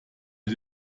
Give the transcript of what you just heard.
mit